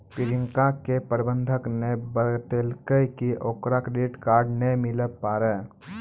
प्रियंका के प्रबंधक ने बतैलकै कि ओकरा क्रेडिट कार्ड नै मिलै पारै